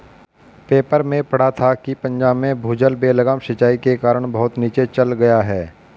paper में पढ़ा था कि पंजाब में भूजल बेलगाम सिंचाई के कारण बहुत नीचे चल गया है